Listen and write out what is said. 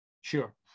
Sure